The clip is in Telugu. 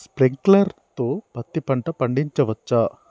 స్ప్రింక్లర్ తో పత్తి పంట పండించవచ్చా?